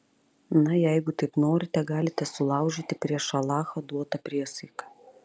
na jeigu taip norite galite sulaužyti prieš alachą duotą priesaiką